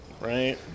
Right